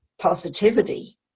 positivity